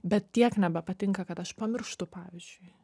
bet tiek nebepatinka kad aš pamirštu pavyzdžiui